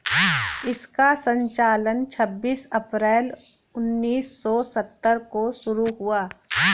इसका संचालन छब्बीस अप्रैल उन्नीस सौ सत्तर को शुरू हुआ